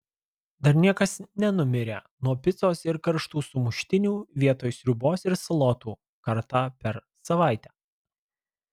dar niekas nenumirė nuo picos ar karštų sumuštinių vietoj sriubos ir salotų kartą per savaitę